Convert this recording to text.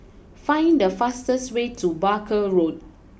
find the fastest way to Barker Road